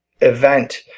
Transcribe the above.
event